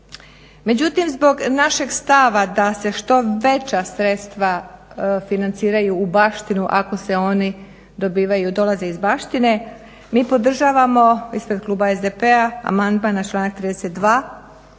Međutim, zbog našeg stava da se što veća sredstva financiraju u baštinu ako oni dolaze iz baštine mi podržavamo ispred kluba SDP-a amandman na članak 32.